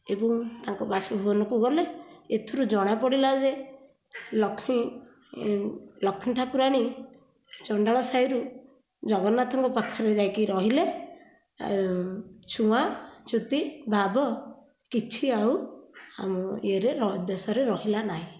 ଏବଂ ତାଙ୍କ ବାସ ଭବନକୁ ଗଲେ ଏଥିରୁ ଜଣାପଡ଼ିଲା ଯେ ଲକ୍ଷ୍ମୀ ଲକ୍ଷ୍ମୀ ଠାକୁରାଣୀ ଚଣ୍ଡାଳ ସାହିରୁ ଜଗନ୍ନାଥଙ୍କ ପାଖରେ ଯାଇକି ରହିଲେ ଆଉ ଛୁଆଁ ଛୁତି ଭାବ କିଛି ଆଉ ଆଉ ଆମ ୟେ ରେ ଦେଶରେ ରହିଲା ନାହିଁ